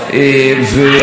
ואני מסכים,